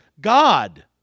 God